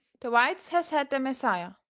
the whites has had their messiah,